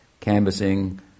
canvassing